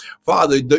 Father